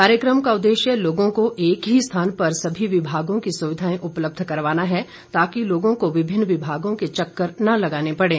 कार्यक्रम का उद्देश्य लोगों को एक ही स्थान पर सभी विभागों की सुविधाएं उपलब्ध करवाना है ताकि लोगों को विभिन्न विभागों के चक्कर ना लगाने पड़े